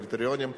בקריטריונים.